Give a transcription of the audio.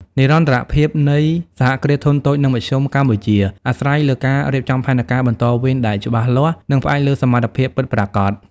និរន្តរភាពនៃ សហគ្រាសធុនតូច និងមធ្យម កម្ពុជា អាស្រ័យលើការរៀបចំផែនការបន្តវេនដែលច្បាស់លាស់ និងផ្អែកលើសមត្ថភាពពិតប្រាកដ។